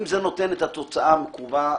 אתה עושה פגיעה בזכות הקניין.